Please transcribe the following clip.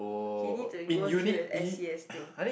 he need to go through the s_c_s thing